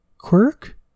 Quirk